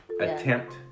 attempt